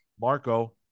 Marco